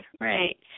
right